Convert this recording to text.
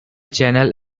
channel